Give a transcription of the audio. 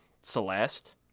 Celeste